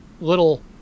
little